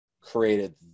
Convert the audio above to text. created